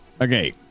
Okay